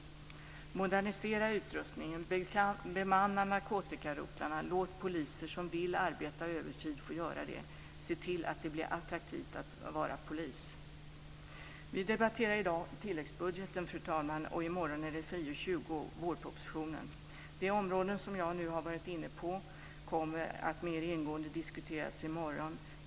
Vidare borde man modernisera utrustningen, bemanna narkotikarotlarna, låta poliser som vill arbeta övertid få göra det och se till att det blir attraktivt att bli polis. Fru talman! Vi debatterar i dag tilläggsbudgeten. I morgon debatterar vi FiU20, vårpropositionen. De områden som jag nu har varit inne på kommer mer ingående att diskuteras i morgon.